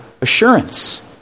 assurance